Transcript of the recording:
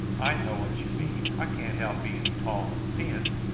i know what you mean. i can't help being tall and thin.